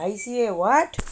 I_C_A [what]